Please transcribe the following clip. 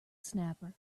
snapper